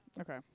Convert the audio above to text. okay